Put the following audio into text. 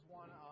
one